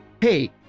Hey